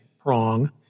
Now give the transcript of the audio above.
prong